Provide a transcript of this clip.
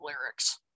lyrics